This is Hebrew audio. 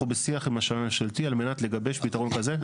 אנחנו בשיח עם השמאי הממשלתי על מנת לגבש פתרון כזה.